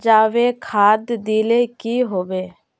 जाबे खाद दिले की होबे?